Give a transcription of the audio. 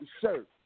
shirt